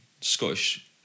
Scottish